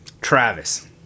Travis